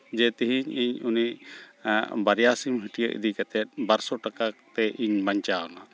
ᱡᱮ ᱛᱮᱦᱮᱧ ᱤᱧ ᱩᱱᱤ ᱵᱟᱨᱭᱟ ᱥᱤᱢ ᱦᱟᱹᱴᱭᱟᱹ ᱤᱫᱤ ᱠᱟᱛᱮᱫ ᱵᱟᱨᱥᱚ ᱪᱟᱠᱟ ᱛᱮ ᱤᱧ ᱵᱟᱧᱪᱟᱣᱮᱱᱟ